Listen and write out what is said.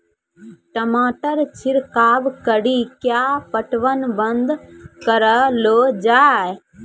टमाटर छिड़काव कड़ी क्या पटवन बंद करऽ लो जाए?